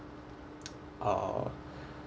uh